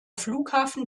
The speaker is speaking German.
flughafen